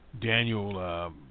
Daniel